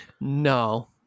no